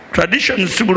Traditions